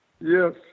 yes